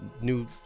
new